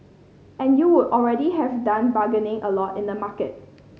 and you would already have done bargaining a lot in the market